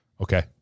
okay